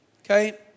Okay